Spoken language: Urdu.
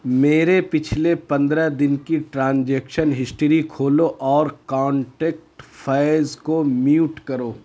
میری پچھلے پندرہ دن کی ٹرانزیکشن ہسٹری کھولو اور کانٹیکٹ فیض کو میوٹ کرو